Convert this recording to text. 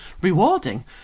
rewarding